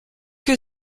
que